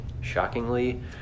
shockingly